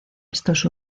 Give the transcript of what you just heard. estos